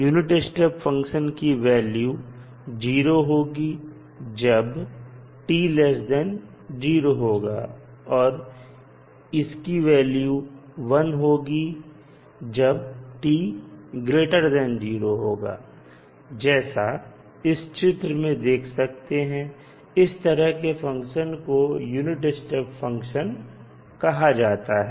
unit step function की value 0 होगी जब t 0 होगा और इस वैल्यू 1 होगी जब t0 होगा जैसा इस चित्र में देख सकते हैं इस तरह के फंक्शन को यूनिट स्टेप फंक्शन कहा जाता है